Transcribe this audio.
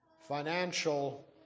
financial